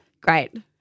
Great